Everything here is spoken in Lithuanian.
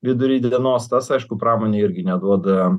vidury dienos tas aišku pramonei irgi neduoda